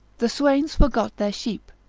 the swains forgot their sheep,